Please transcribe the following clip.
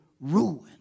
Ruin